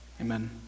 Amen